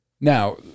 Now